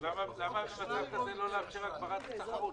אז למה לא לאפשר את הגברת התחרות?